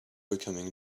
becoming